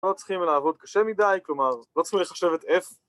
לא צריכים לעבוד קשה מדי, כלומר, לא צריכים לחשב את F